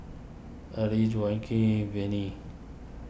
Early Joaquin Venie